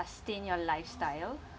sustain your lifestyle